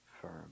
firm